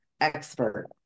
Expert